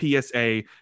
PSA